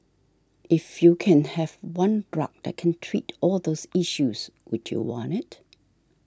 if you can have one drug that can treat all those issues would you want it